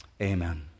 amen